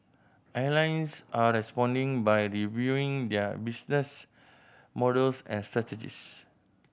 airlines are responding by the reviewing their business models and strategies